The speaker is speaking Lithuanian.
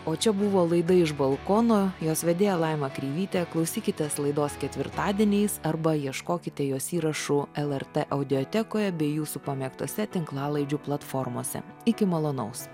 o čia buvo laida iš balkono jos vedėja laima kreivytė klausykitės laidos ketvirtadieniais arba ieškokite jos įrašų lrt audiotekoje bei jūsų pamėgtose tinklalaidžių platformose iki malonaus